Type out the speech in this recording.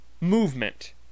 movement